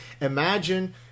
imagine